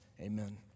Amen